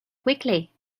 quickly